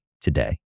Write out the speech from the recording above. today